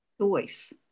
choice